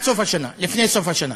לפני סוף השנה.